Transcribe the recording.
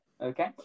okay